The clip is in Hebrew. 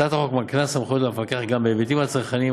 הצעת החוק מקנה סמכויות למפקח גם בהיבטים הצרכניים